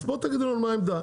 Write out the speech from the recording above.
אז בוא תגיד לנו מה העמדה?